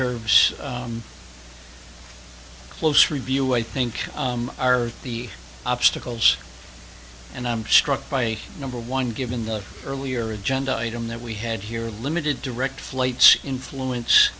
s close review i think are the obstacles and i'm struck by number one given the earlier agenda item that we had here limited direct flights influence